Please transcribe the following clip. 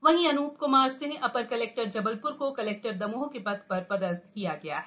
वहींअनू क्मार सिंह अ र कलेक्टर जबल र को कलेक्टर दमोह के द र दस्थ किया गया है